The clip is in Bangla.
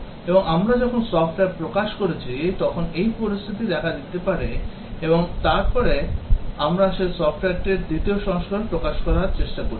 এবং আমরা যখন সফ্টওয়্যার প্রকাশ করেছি তখন এই পরিস্থিতি দেখা দিতে পারে এবং তারপরে আমরা সেই সফ্টওয়্যারটির দ্বিতীয় সংস্করণ প্রকাশ করার চেষ্টা করছি